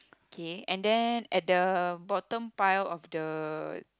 okay and then at the bottom pile of the